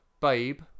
Babe